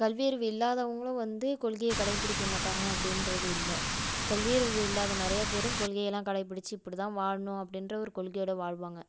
கல்வியறிவு இல்லாதவங்களும் வந்து கொள்கையை கடைப்பிடிக்க மாட்டாங்க அப்படின்றது இல்லை கல்வியறிவு இல்லாத நிறயப்பேரும் கொள்கையெலாம் கடைப்பிடித்து இப்படிதான் வாழணும் அப்படின்ற ஒரு கொள்கையோட வாழ்வாங்க